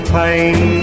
pain